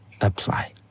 apply